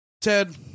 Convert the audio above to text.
Ted